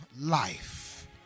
life